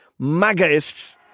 MAGAists